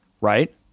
right